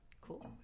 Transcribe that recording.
Cool